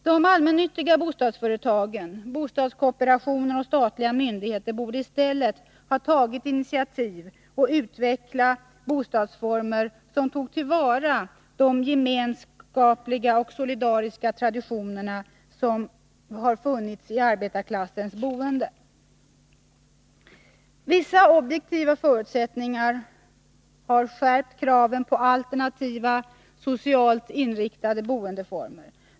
De allmännyttiga bostadsföretagen, bostadskooperationen och de statliga myndigheterna borde i stället ha tagit initiativ och utvecklat bostadsformer som tog till vara de gemenskapliga och solidariska traditionerna i arbetarklassens boende. Vissa objektiva förutsättningar har skärpt kraven på alternativa, socialt inriktade boendeformer.